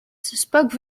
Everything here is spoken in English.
spoke